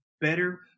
better